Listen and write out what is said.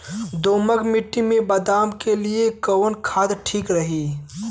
दोमट मिट्टी मे बादाम के लिए कवन खाद ठीक रही?